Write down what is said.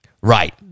Right